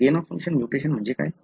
gain of function mutation म्हणजे काय